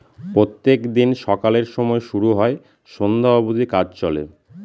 প্রত্যেক দিন সকালের সময় শুরু হয় সন্ধ্যা অব্দি কাজ চলে